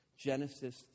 Genesis